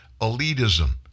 elitism